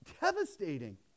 devastating